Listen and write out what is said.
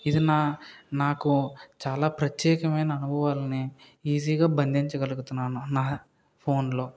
ఇది నా నాకు చాలా ప్రత్యేకమైన అనుభవాల్ని ఈజీగా బంధించగలుగుతున్నాను నా ఫోన్లో